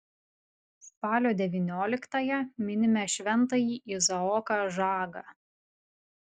spalio devynioliktąją minime šventąjį izaoką žagą